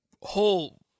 whole